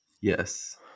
Yes